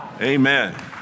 Amen